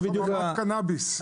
יש חממת קנביס.